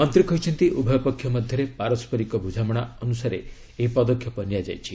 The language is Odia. ମନ୍ତ୍ରୀ କହିଛନ୍ତି ଉଭୟ ପକ୍ଷ ମଧ୍ୟରେ ପାରସ୍କରିକ ବୁଝାମଣା ଅନୁସାରେ ଏହି ପଦକ୍ଷେପ ନିଆଯାଇଛି